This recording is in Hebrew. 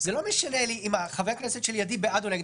משנה לי אם חבר הכנסת שלידי בעד או נגד.